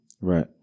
Right